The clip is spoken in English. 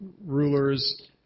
rulers